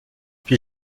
puis